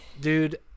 dude